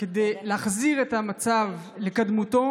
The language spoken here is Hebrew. כדי להחזיר את המצב לקדמותו.